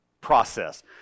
process